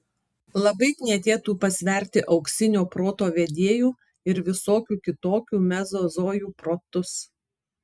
labai knietėtų pasverti auksinio proto vedėjų ir visokių kitokių mezozojų protus